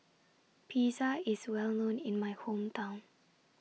Pizza IS Well known in My Hometown